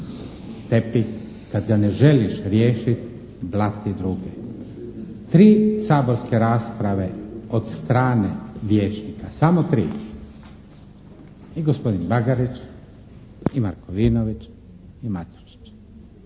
tepih, kad ga ne želiš riješit, blati druge. Tri saborske rasprave od strane vijećnika, samo tri. I gospodin Bagarić i Markovinović i Matušić